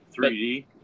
3D